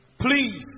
Please